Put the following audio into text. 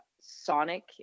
sonic